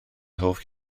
hoff